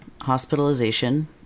hospitalization